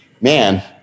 man